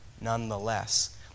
nonetheless